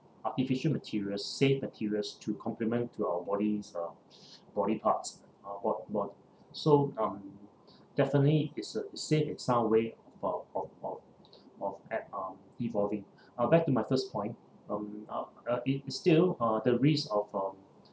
artificial materials safe materials to complement to our bodies uh body parts uh bod~ bod~ so uh definitely it's a safe and sound way for for for for ev~ uh evolving uh back to my first point um uh uh it still uh the risk of um